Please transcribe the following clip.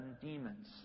demons